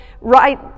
right